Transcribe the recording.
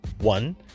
one